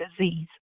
disease